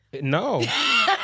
No